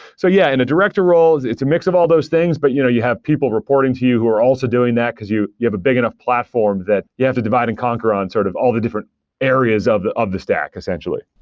so yeah, in a director role, it's a mix of all those things, but you know you have people reporting to you who are also doing that, because you you have a big enough platform that you have to divide and conquer on sort of all the different areas of the of the stack, essentially.